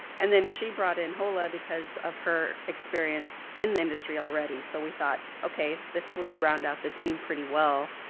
and then she brought in hola because of her experience in the industry already. so we thought okay, the would round out the team pretty well.